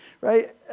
right